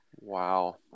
Wow